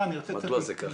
מדוע זה כך?